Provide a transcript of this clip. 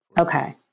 Okay